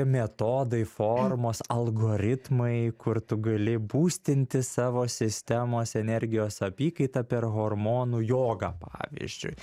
metodai formos algoritmai kur tu gali būstinti savo sistemos energijos apykaitą per hormonų jogą pavyzdžiui